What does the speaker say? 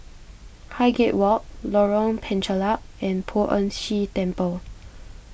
Highgate Walk Lorong Penchalak and Poh Ern Shih Temple